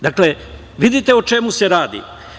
Dakle, vidite o čemu se radi.